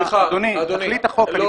אדוני, תכלית החוק היא